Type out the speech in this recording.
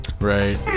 right